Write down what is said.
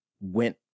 went